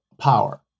power